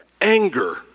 anger